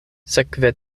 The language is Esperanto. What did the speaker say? sekve